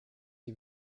die